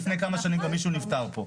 לפני כמה שנים גם מישהו נפטר פה,